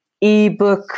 ebook